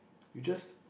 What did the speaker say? you just